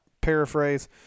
paraphrase